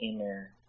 inner